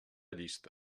llista